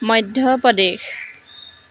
Madhya Pradesh